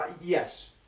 Yes